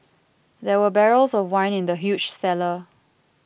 there were barrels of wine in the huge cellar